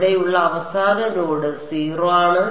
ഇവിടെയുള്ള അവസാന നോഡ് 0 ആണ്